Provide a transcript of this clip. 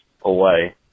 away